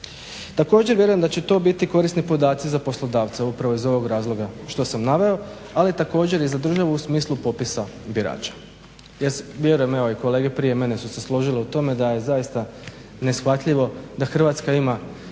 Također vjerujem da će to biti korisni podaci za poslodavca, upravo iz ovog razloga što sam naveo ali također i za državu u smislu popisa birača. Ja vjerujem evo i kolege prije mene su se složile u tome da je zaista neshvatljivo da Hrvatska ima